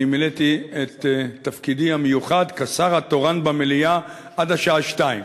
מילאתי את תפקידי המיוחד כשר התורן במליאה עד השעה 14:00,